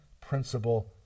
principle